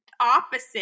opposite